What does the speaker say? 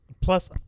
Plus